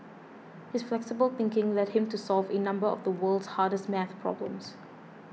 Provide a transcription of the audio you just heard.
his flexible thinking led him to solve a number of the world's hardest math problems